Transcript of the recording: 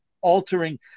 altering